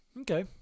Okay